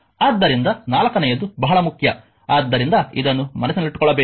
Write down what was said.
ಆದ್ದರಿಂದ ನಾಲ್ಕನೆಯದು ಬಹಳ ಮುಖ್ಯ ಆದ್ದರಿಂದ ಇದನ್ನು ಮನಸ್ಸಿನಲ್ಲಿಟ್ಟುಕೊಳ್ಳಬೇಕು